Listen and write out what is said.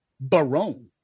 Barone